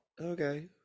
okay